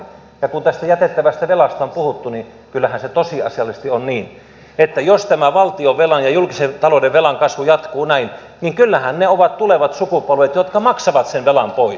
ja kun tästä jätettävästä velasta on puhuttu niin kyllähän se tosiasiallisesti on niin että jos tämä valtionvelan ja julkisen talouden velan kasvu jatkuu näin niin kyllähän ne ovat tulevat sukupolvet jotka maksavat sen velan pois